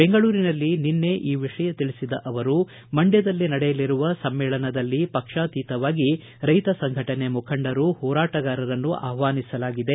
ಬೆಂಗಳೂರಿನಲ್ಲಿ ನಿನ್ನೆ ಈ ವಿಷಯ ತಿಳಿಸಿದ ಅವರು ಮಂಡ್ಕದಲ್ಲಿ ನಡೆಯಲಿರುವ ಸಮ್ಮೇಳನದಲ್ಲಿ ಪಕ್ಷಾತೀತವಾಗಿ ರೈತ ಸಂಘಟನೆ ಮುಖಂಡರು ಹೋರಾಟಗಾರರನ್ನು ಆಹ್ವಾನಿಸಲಾಗಿದೆ